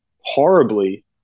horribly